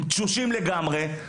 תשושים לגמריי,